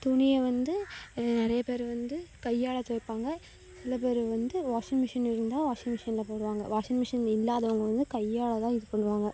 துணியை வந்து நிறையப் பேர் வந்து கையால் துவைப்பாங்க சில பேர் வந்து வாஷிங் மிஷின் இருந்தால் வாஷிங் மிஷினில் போடுவாங்க வாஷிங் மிஷின் இல்லாதவங்க வந்து கையால் தான் இது பண்ணுவாங்க